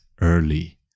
early